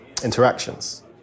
interactions